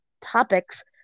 topics